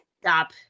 stop